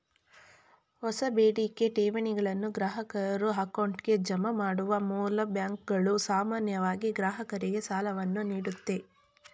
ಹೊಸ ಬೇಡಿಕೆ ಠೇವಣಿಗಳನ್ನು ಗ್ರಾಹಕರ ಅಕೌಂಟ್ಗೆ ಜಮಾ ಮಾಡುವ ಮೂಲ್ ಬ್ಯಾಂಕ್ಗಳು ಸಾಮಾನ್ಯವಾಗಿ ಗ್ರಾಹಕರಿಗೆ ಸಾಲವನ್ನು ನೀಡುತ್ತೆ